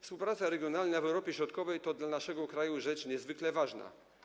Współpraca regionalna w Europie Środkowej to dla naszego kraju rzecz niezwykle ważna.